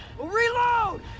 reload